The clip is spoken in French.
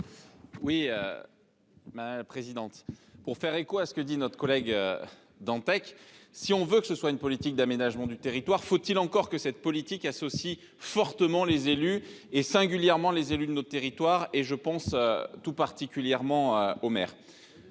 Oui. Ben présidente pour faire écho à ce que dit notre collègue. Dantec. Si on veut que ce soit une politique d'aménagement du territoire. Faut-il encore que cette politique associent fortement les élus et singulièrement les élus de notre territoire et je pense tout particulièrement aux mères.